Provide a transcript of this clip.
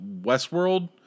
Westworld